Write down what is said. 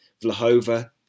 Vlahova